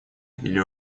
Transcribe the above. или